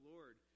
Lord